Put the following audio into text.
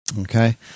Okay